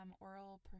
oral